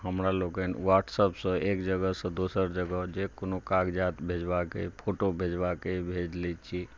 हमरा लोकनि वट्सऐप से एक जगह से दोसर जगह जे कोनो कागजात भेजबा के अय फोटो भेजबा के अय भेज लै छी